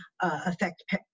affect